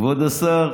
כבוד השר